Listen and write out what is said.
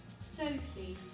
Sophie